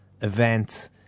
event